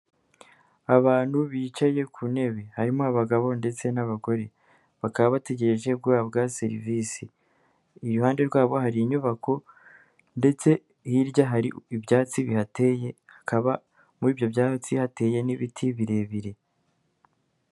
Abantu bicaye ku ntebe, harimo abagabo ndetse n'abagore, bakaba bategereje guhabwa serivisi. Iruhande rwabo hari inyubako ndetse hirya hari ibyatsi bihateye, hakaba muri ibyo byatsi hateye n'ibiti birebire.